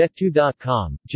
Jet2.com